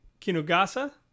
Kinugasa